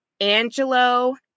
Angelo